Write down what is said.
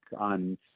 on